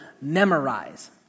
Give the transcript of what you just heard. memorize